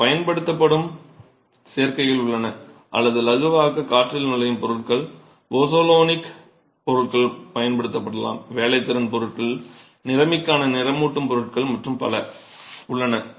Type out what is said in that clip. நீங்கள் பயன்படுத்தப்படும் சேர்க்கைகள் உள்ளன அதை இலகுவாக்க காற்றில் நுழையும் பொருட்கள் போசோலேனிக் பொருட்கள் பயன்படுத்தப்படலாம் வேலைத்திறன் பொருட்கள் நிறமிக்கான நிறமூட்டும் பொருட்கள் மற்றும் பல உள்ளன